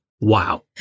Wow